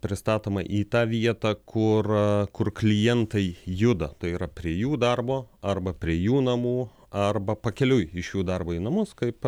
pristatoma į tą vietą kur kur klientai juda tai yra prie jų darbo arba prie jų namų arba pakeliui iš jų darbo į namus kaip